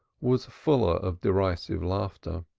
was fuller of derisive laughter.